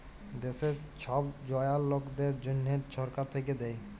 দ্যাশের ছব জয়াল লকদের জ্যনহে ছরকার থ্যাইকে দ্যায়